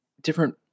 different